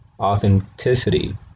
Authenticity